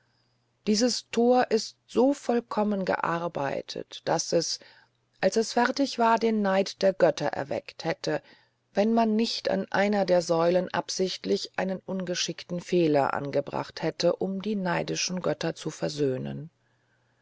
dieses tor ist so vollkommen gearbeitet daß es als es fertig war den neid der götter erweckt hätte wenn man nicht an einer der säulen absichtlich einen ungeschickten fehler angebracht hätte um die neidischen götter zu versöhnen